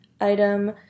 item